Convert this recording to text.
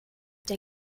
der